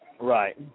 Right